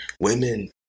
women